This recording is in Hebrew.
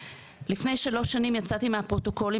לפני שלוש שנים יצאתי מהפרוטוקולים